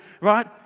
right